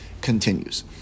continues